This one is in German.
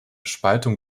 spaltung